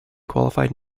qualified